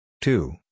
two